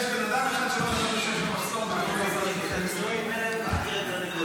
יש בן אחד שלא חשבנו שיש לו --- עשר דקות.